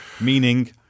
Meaning